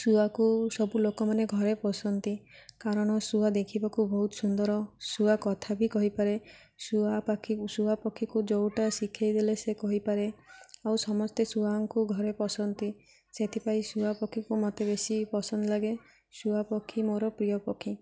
ଶୁଆକୁ ସବୁ ଲୋକମାନେ ଘରେ ପୋଷନ୍ତି କାରଣ ଶୁଆ ଦେଖିବାକୁ ବହୁତ ସୁନ୍ଦର ଶୁଆ କଥା ବି କହିପାରେ ଶୁଆପଖୀ ଶୁଆ ପକ୍ଷୀକୁ ଯେଉଁଟା ଶିଖେଇଦେଲେ ସେ କହିପାରେ ଆଉ ସମସ୍ତେ ଶୁଆଙ୍କୁ ଘରେ ପୋଷନ୍ତି ସେଥିପାଇଁ ଶୁଆ ପକ୍ଷୀକୁ ମତେ ବେଶୀ ପସନ୍ଦ ଲାଗେ ଶୁଆପକ୍ଷୀ ମୋର ପ୍ରିୟ ପକ୍ଷୀ